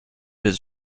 his